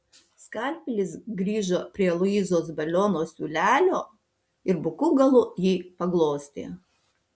skalpelis grįžo prie luizos baliono siūlelio ir buku galu jį paglostė